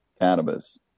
cannabis